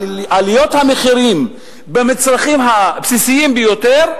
עליות המחירים במצרכים הבסיסיים ביותר,